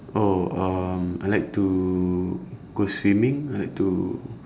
oh um I like to go swimming I like to